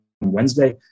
Wednesday